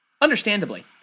Understandably